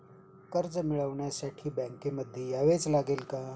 कर्ज मिळवण्यासाठी बँकेमध्ये यावेच लागेल का?